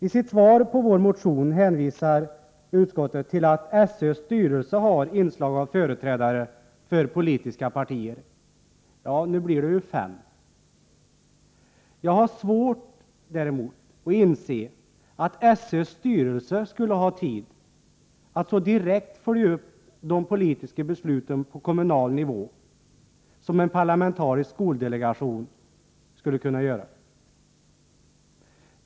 Isitt svar på vår motion hänvisar utskottet till att SÖ:s styrelse har inslag av företrädare för politiska partier. Nu blir det fem partier. Jag har svårt att inse att SÖ:s styrelse skulle ha tid att på kommunal nivå direkt följa upp de politiska besluten på samma sätt som en parlamentarisk skoldelegation skulle kunna göra.